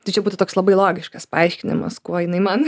tai čia būtų toks labai logiškas paaiškinimas kuo jinai man